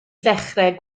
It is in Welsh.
ddechrau